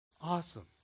Awesome